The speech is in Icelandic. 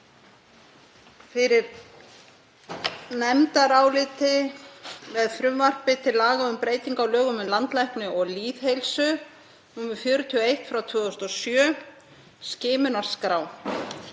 fyrir nefndaráliti með frumvarpi til laga um breytingu á lögum um landlækni og lýðheilsu, nr. 41/2007, skimunarskrá.